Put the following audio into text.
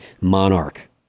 Monarch